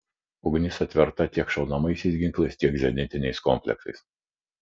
ugnis atverta tiek šaunamaisiais ginklais tiek zenitiniais kompleksais